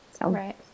Right